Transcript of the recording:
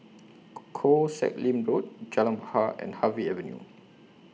Koh Sek Lim Road Jalan Bahar and Harvey Avenue